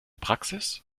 praxis